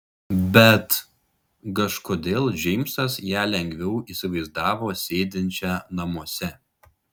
bet kažkodėl džeimsas ją lengviau įsivaizdavo sėdinčią namuose